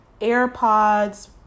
AirPods